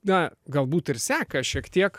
na galbūt ir seka šiek tiek